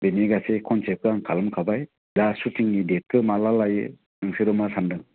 बिनि गासै खनसेप्टखौ आं खालामखाबाय दा सुटिंनि देटखौ माला लायो नोंसोरो मा सान्दों